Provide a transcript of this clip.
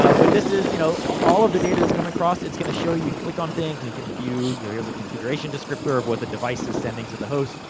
ah but this is. you know, all of the data that's coming across, it's gonna show you click on things, and you can view, you know, here's a configuration descriptor of what the device is sending to the host.